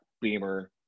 beamer